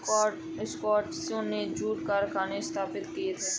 स्कॉटिशों ने जूट कारखाने कहाँ स्थापित किए थे?